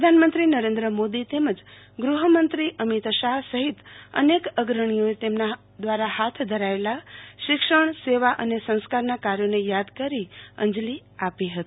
પ્રધાનમંત્રી નરેન્દઢર મોદી તેમજ ગ્રહમંત્રી અમીત શાહ સહિત અનેક અગ્રણીઓએ તેમના દ્વારા હાથ ધરાયેલા શિક્ષણ સેવા સંસ્કારના કાારયોને યાદ કરી અંજલી આપી હતી